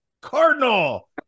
Cardinal